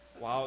Wow